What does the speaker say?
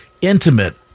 intimate